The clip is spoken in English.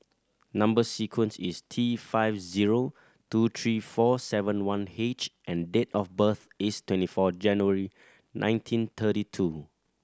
number sequence is T five zero two three four seven one H and date of birth is twenty four January nineteen thirty two